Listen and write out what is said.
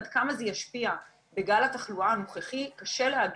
עד כמה זה ישפיע בגל התחלואה הנוכחי קשה להגיד,